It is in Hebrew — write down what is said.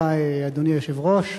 אדוני היושב-ראש,